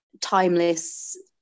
Timeless